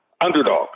underdog